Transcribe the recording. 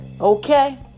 okay